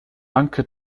anke